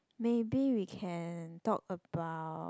maybe we can talk about